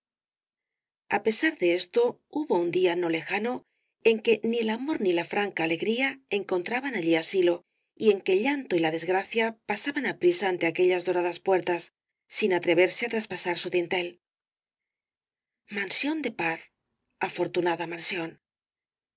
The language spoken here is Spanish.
a pesar de esto hubo un día no lejano en que ni el amor ni la franca alegría encontraban allí asilo y en que el llanto y la desgracia pasaban aprisa ante aquellas doradas puertas sin atreverse á traspasar su dintel mansión de paz afortunada mansión